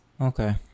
Okay